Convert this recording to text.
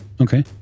Okay